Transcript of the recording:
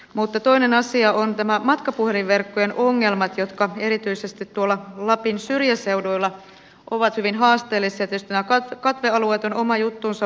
mutta toinen asia on nämä matkapuhelinverkkojen ongelmat jotka erityisesti tuolla lapin syrjäseuduilla ovat hyvin haasteelliset ja tietysti nämä katvealueet ovat oma juttunsa